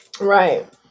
Right